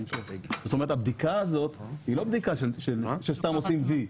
זאת אומרת הבדיקה הזאת היא לה בדיקה שסתם עושים וי,